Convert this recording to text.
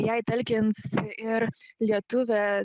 jai talkins ir lietuvė